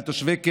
על תושבי קבע,